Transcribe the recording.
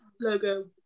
logo